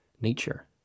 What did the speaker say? nature